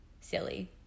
silly